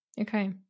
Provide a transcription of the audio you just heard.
Okay